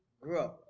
grow